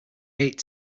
ate